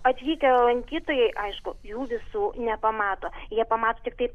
atvykę lankytojai aišku jų visų nepamato jie pamato tiktai